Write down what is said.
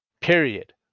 period